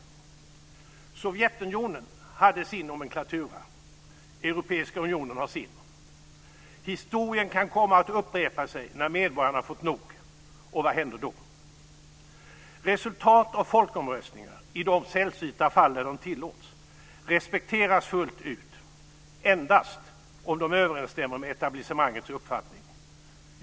Sovjetunionen hade sin nomenklatura, Europeiska unionen har sin. Historien kan komma att upprepa sig när medborgarna fått nog, och vad händer då? Resultat av folkomröstningar - i de sällsynta fall de tillåts - respekteras fullt ut endast om de överensstämmer med etablissemangets uppfattning.